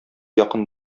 якын